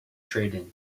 trade